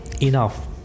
enough